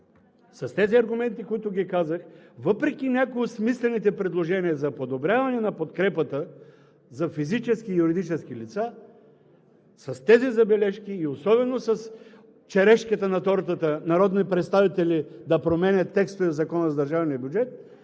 с тези аргументи, които казах, въпреки някои от смислените предложения за подобряване на подкрепата за физически и юридически лица, с тези забележки и особено с черешката на тортата – народни представители да променят текстове в Закона за държавния бюджет,